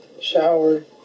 showered